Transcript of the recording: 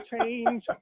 change